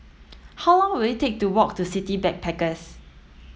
how long will it take to walk to City Backpackers